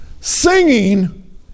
singing